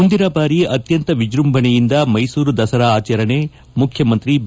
ಮುಂದಿನ ಬಾರಿ ಅತ್ಯಂತ ವಿಜೃಂಭಣೆಯಿಂದ ಮೈಸೂರು ದಸರಾ ಆಚರಣೆ ಮುಖ್ಯಮಂತ್ರಿ ಬಿ